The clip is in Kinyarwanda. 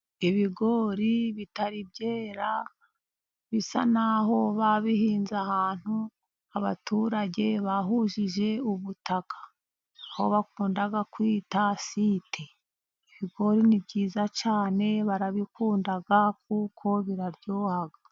Ibigori bitari byera bisa naho babihinze ahantu abaturage bahujije ubutaka aho bakunda kwita site. Ibigori ni byiza cyane barabikunda kuko birabyoha.